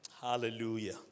Hallelujah